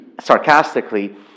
sarcastically